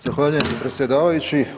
Zahvaljujem predsjedavajući.